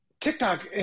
TikTok